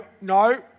no